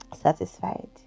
satisfied